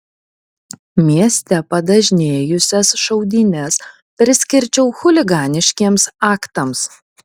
mieste padažnėjusias šaudynes priskirčiau chuliganiškiems aktams